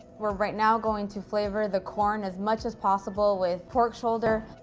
we're right now going to flavor the corn as much as possible with pork shoulder.